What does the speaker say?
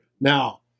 Now